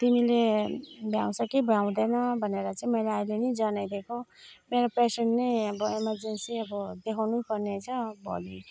तिमीले भ्याउँछ कि भ्याउँदैन भनेर चाहिँ मैले अहिले नि जनाइदिएको मेरो पेसेन्ट नै अब एमर्जेन्सी अब देखाउनै पर्नेछ भोलि